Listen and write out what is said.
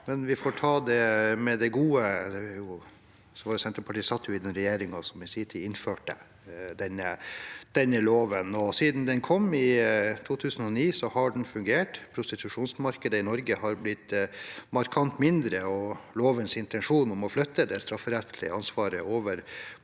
men vi får ta det med det gode. Senterpartiet satt jo i den regjeringen som i sin tid innførte denne loven, og siden den kom i 2009, har den fungert: Prostitusjonsmarkedet i Norge har blitt markant mindre, og lovens intensjon om å flytte det strafferettslige ansvaret over på kjøper